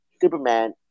Superman